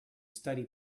study